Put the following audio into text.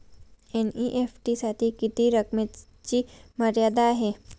NEFT साठी किती रकमेची मर्यादा आहे?